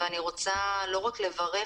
אני רוצה לא רק לברך,